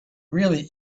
really